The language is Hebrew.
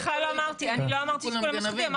בכלל לא אמרתי, אני לא אמרתי שכולם מושחתים.